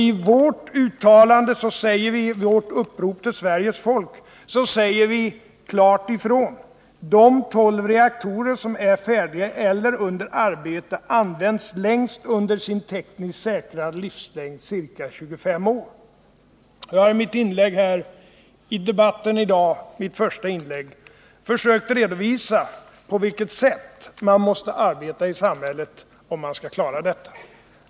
I vårt upprop till Sveriges folk säger vi klart ifrån att de tolv reaktorer som är färdiga eller under arbete längst skall användas under sin tekniskt säkra livslängd, ca 25 år. Jag har i mitt första inlägg i debatten i dag försökt redovisa på vilket sätt vi måste arbeta i samhället, om vi skall klara detta.